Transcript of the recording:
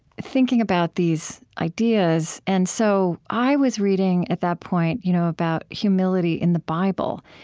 thinking about these ideas, and so, i was reading, at that point, you know about humility in the bible,